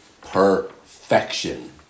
perfection